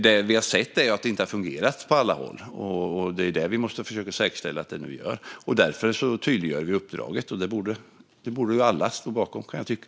Det vi har sett är att det inte har fungerat på alla håll, och det är det vi måste försöka säkerställa att det nu gör. Därför tydliggör vi uppdraget. Det borde alla stå bakom, kan jag tycka.